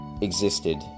existed